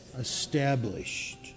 Established